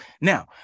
Now